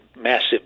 massive